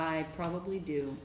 i probably do